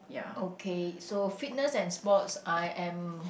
okay so fitness and sports I am